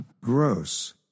gross